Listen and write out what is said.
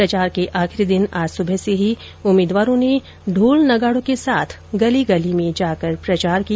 प्रचार के आखिरी दिन आज सुबह से ही उम्मीदवारों ने ढोल नगाडों के साथ गली गली में जाकर प्रचार किया